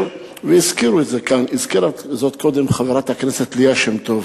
הזכירה זאת קודם חברת הכנסת ליה שמטוב,